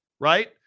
right